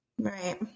Right